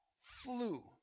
flew